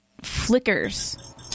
flickers